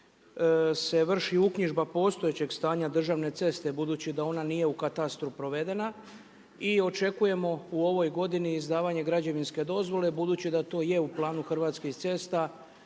se vrši uknjižba postojećeg stanja državne ceste budući da ona nije u katastru provedena i očekujemo u ovoj godini izdavanje građevinske dozvole budući da to je u planu Hrvatskih cesta